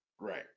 Right